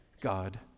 God